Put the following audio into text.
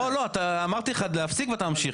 לא, לא, אמרתי לך להפסיק ואתה ממשיך.